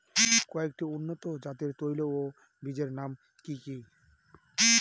কয়েকটি উন্নত জাতের তৈল ও বীজের নাম কি কি?